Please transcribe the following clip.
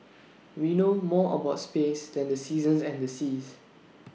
we know more about space than the seasons and the seas